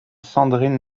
sandrine